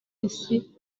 isi